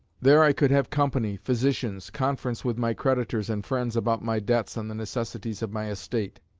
there i could have company, physicians, conference with my creditors and friends about my debts and the necessities of my estate,